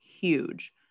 huge